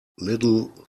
little